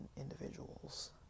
individuals